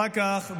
אחר כך,